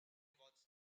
was